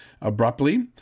abruptly